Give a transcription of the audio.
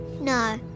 no